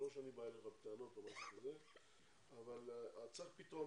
זה לא שאני בא אליך בטענות או משהו כזה,